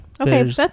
Okay